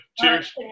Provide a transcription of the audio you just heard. Cheers